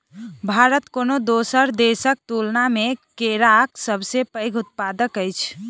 भारत कोनो दोसर देसक तुलना मे केराक सबसे पैघ उत्पादक अछि